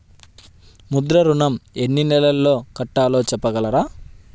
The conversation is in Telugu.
ముద్ర ఋణం ఎన్ని నెలల్లో కట్టలో చెప్పగలరా?